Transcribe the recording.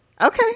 Okay